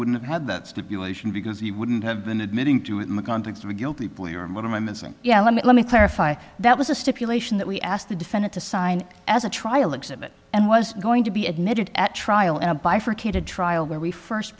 wouldn't have had that stipulation because he wouldn't have been admitting to it in the context of a guilty plea or what am i missing yeah let me let me clarify that was a stipulation that we asked the defendant to sign as a trial exhibit and was going to be admitted at trial in a bifurcated trial where we first